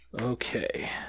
Okay